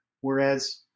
whereas